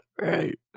Right